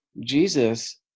Jesus